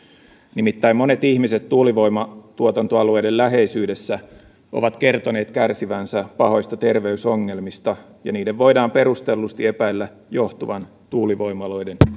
nimittäin monet ihmiset tuulivoimatuotantoalueiden läheisyydessä ovat kertoneet kärsivänsä pahoista terveysongelmista ja niiden voidaan perustellusti epäillä johtuvan tuulivoimaloiden